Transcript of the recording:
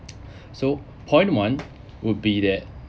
so point one would be that